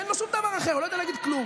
אין לו שום דבר אחר, הוא לא יודע להגיד כלום.